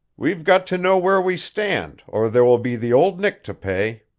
we've got to know where we stand, or there will be the old nick to pay.